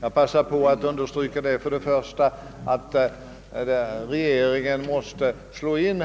Jag passar på att understryka att regeringen härvidlag måste gå in